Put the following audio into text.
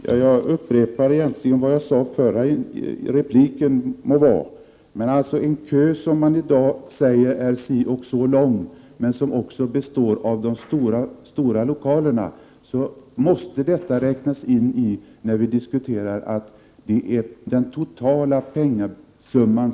Herr talman! Jag vill egentligen bara upprepa vad jag sade i min förra replik. En kö i dag, si eller så lång, omfattar också stora lokaler. Detta måste räknas in när vi diskuterar den totala penningsumman.